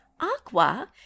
aqua